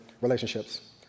relationships